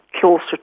closer